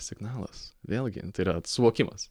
signalas vėlgi yra suvokimas